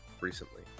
recently